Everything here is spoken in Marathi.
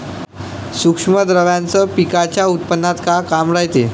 सूक्ष्म द्रव्याचं पिकाच्या उत्पन्नात का काम रायते?